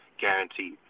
guaranteed